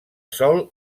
sol